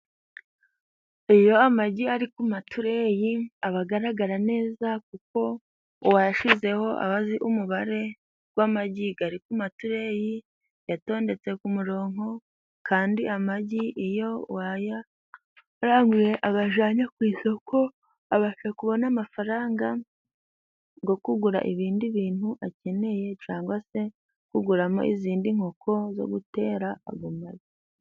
Iyo amagi ari ku matureyi aba agaragara neza, kuko uwayashyizeho aba azi umubare w'amagi gari ku matureyi, yatondetse ku muronko kandi amagi iyo uwayaranguye agajane ku isoko abasha kubona amafaranga go kugura ibindi bintu akeneye, cangwa se kuguramo izindi nkoko zo gutera ago magi.